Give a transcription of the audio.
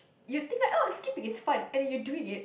you think like oh skipping is fun and then you doing it